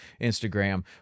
instagram